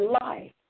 life